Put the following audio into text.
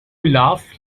laughs